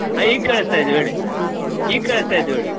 ಹಾಂ ಈಗ ಕೇಳಿಸ್ತ ಇದ್ದು ಹೇಳಿ ಈಗ ಕೇಳಿಸ್ತ ಇದ್ವು ಹೇಳಿ